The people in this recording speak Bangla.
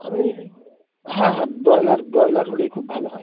আমি হ্যাঁ হ্যাঁ ব্রয়লার ব্রয়লার হলেই খুব ভালো হয়